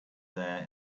there